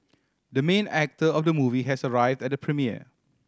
the main actor of the movie has arrived at the premiere